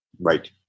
Right